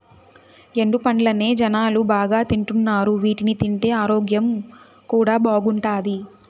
ఎండు పండ్లనే జనాలు బాగా తింటున్నారు వీటిని తింటే ఆరోగ్యం కూడా బాగుంటాది